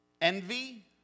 envy